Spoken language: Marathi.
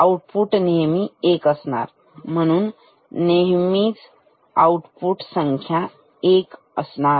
आउटपुट नेहमी 1 असणार म्हणून नेहमीच आउटपुट संख्या 1 असणार